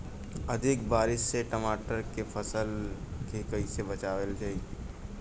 अधिक बारिश से टमाटर के फसल के कइसे बचावल जाई?